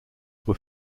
were